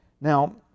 Now